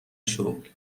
شغل